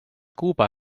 kuuba